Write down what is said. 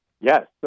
Yes